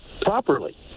properly